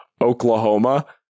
Oklahoma